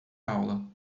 aula